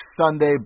Sunday